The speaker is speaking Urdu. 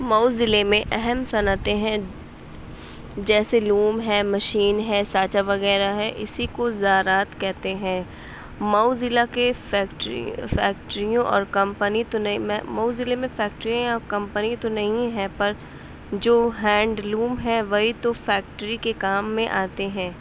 مئو ضلع میں اہم صنعتیں ہیں جیسے لوم ہے مشین ہے سانچا وغیرہ ہے اسی کو زراعت کہتے ہیں مئو ضلع کے فیکٹری فیکٹریوں اور کمپنی تو نہیں مئو ضلع میں فیکٹریاں اور کمپنی تو نہیں ہے پر جو ہینڈ لوم ہے وہی تو فیکٹری کے کام میں آتے ہیں